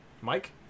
Mike